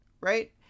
right